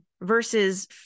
versus